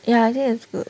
yeah I think is good